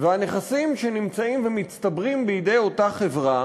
והנכסים שנמצאים ומצטברים בידי אותה חברה